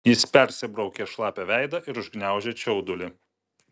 jis persibraukė šlapią veidą ir užgniaužė čiaudulį